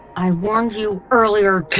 i warned you earlier,